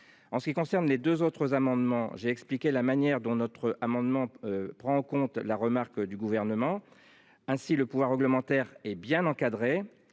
En ce qui concerne les 2 autres amendements j'ai expliqué, la manière dont notre amendement prend en compte la remarque du gouvernement. Ainsi le pouvoir réglementaire hé bien encadré